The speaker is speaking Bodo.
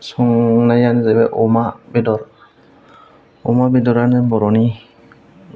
संनायानो जाहैबाय अमा बेदर अमा बेदरानो बर'नि